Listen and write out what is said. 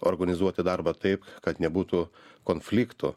organizuoti darbą taip kad nebūtų konfliktų